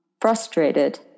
frustrated